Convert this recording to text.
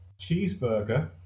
Cheeseburger